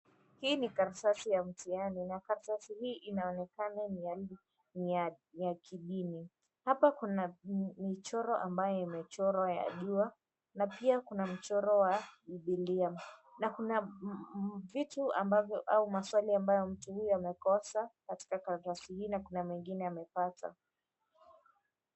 Hii ni kartasi ya mtihani na kartasi hii inaonekana ni ya kidini. Hapa kuna mchoro ambayo imechorwa ya jua na pia kuna mchoro wa bibilia. Na kuna vitu ambavyo au swali ambazo mtu huyu amekosa katika karatasi hii na kuna mengine amepata.